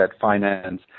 finance